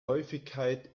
häufigkeit